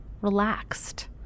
relaxed